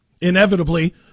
Inevitably